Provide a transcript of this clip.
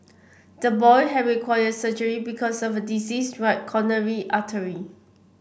the boy have required surgery because of a diseased right coronary artery